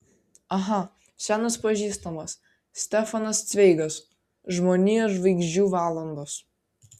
aha senas pažįstamas stefanas cveigas žmonijos žvaigždžių valandos